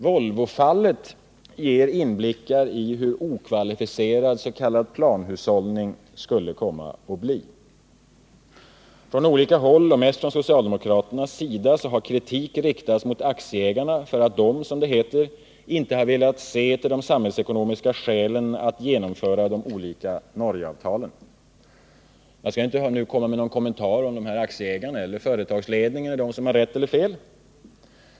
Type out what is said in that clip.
Volvofallet ger inblickar i hur okvalificerad en s.k. planhushållning skulle komma att bli. Från olika håll och mest från socialdemokraternas sida har kritik riktats mot aktieägarna för att de, som det heter, inte har velat se till de samhällsekonomiska skälen att genomföra de olika Norgeavtalen. Jag skall inte nu göra någon kommentar till frågan om vem som har fel i detta fall — företagsledningen eller aktieägarna.